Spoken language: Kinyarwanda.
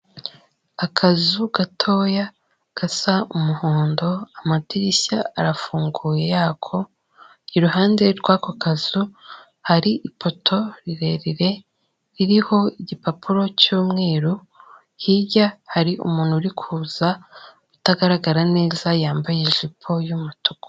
Akazu gatoya gasa umuhondo amadirishya arafunguye yako, iruhande rw'ako kazu hari ipoto rirerire ririho igipapuro cyumweru. Hirya hari umuntu uri kuza utagaragara neza wambaye ijipo y'umutuku.